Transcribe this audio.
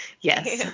Yes